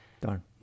Darn